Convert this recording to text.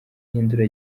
ihindura